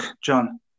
John